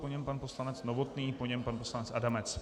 Po něm pan poslanec Novotný, po něm pan poslanec Adamec.